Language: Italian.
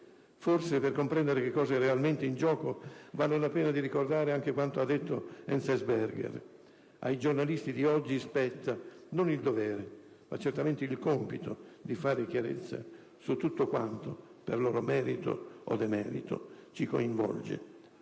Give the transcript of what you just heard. Forse, per comprendere che cosa è realmente in gioco vale la pena di ricordare anche quanto ha detto Hans Magnus Enzensberger: «Ai giornalisti di oggi spetta non il dovere, ma certamente il compito di fare chiarezza su tutto quanto, per loro merito o demerito, ci coinvolge»;